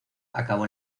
acabó